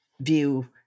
view